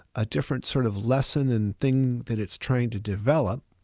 a different sort of lesson and thing that it's trying to develop.